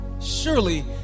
surely